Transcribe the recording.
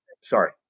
sorry